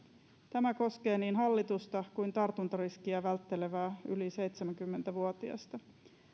tämä koskee niin hallitusta kuin tartuntariskiä välttelevää yli seitsemänkymmentä vuotiasta